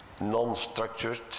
non-structured